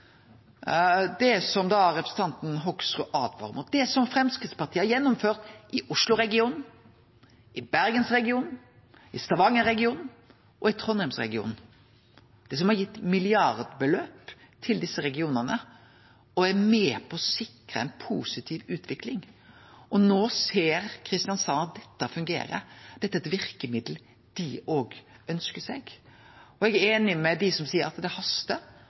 Det som da representanten Hoksrud åtvarar mot, er det som Framstegspartiet har gjennomført i Oslo-regionen, i Bergens-regionen, i Stavanger-regionen og i Trondheims-regionen. Det har gitt milliardsummar til disse regionane og er med på å sikre ei positiv utvikling. No ser Kristiansand at dette fungerer, dette er eit verkemiddel dei òg ønskjer seg. Eg er einig med dei som seier at det hastar